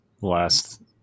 last